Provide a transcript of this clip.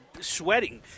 sweating